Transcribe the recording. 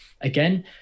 again